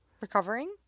recovering